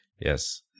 Yes